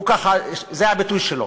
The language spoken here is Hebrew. זה הביטוי שלו,